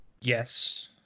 Yes